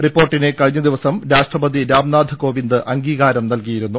റിപ്പോർട്ടിന് കഴിഞ്ഞ ദിവസം രാഷ്ട്രപതി രാംനാഥ് കോവിന്ദ് അംഗീകാരം നൽകിയിരുന്നു